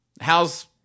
How's